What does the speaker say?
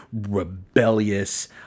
rebellious